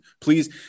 Please